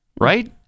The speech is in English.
Right